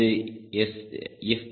இது எஃப்